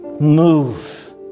Move